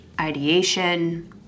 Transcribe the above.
ideation